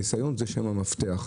הניסיון זה שם המפתח,